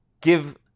give